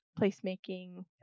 placemaking